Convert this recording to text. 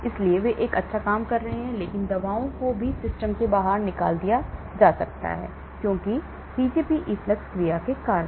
इसलिए वे एक अच्छा काम कर रहे हैं लेकिन दवाओं को भी सिस्टम से बाहर निकाल दिया जा सकता है क्योंकि Pgp इफ्लक्स क्रिया के कारण